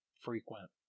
frequent